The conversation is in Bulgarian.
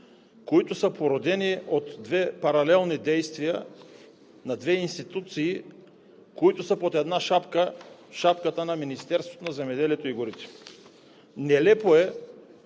които са породени от две паралелни действия на две институции, които са под една шапка – шапката на Министерството на земеделието и горите. Нелепо е